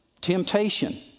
temptation